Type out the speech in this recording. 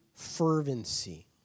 Fervency